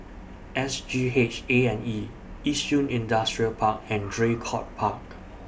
S G H A and E Yishun Industrial Park and Draycott Park